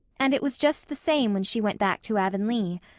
and it was just the same when she went back to avonlea.